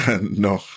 no